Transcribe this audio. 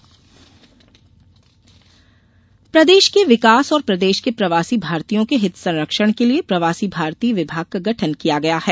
सुझाव प्रदेश के विकास और प्रदेश के प्रवासी भारतीयों के हित संरक्षण के लिये प्रवासी भारतीय विभाग का गठन किया गया है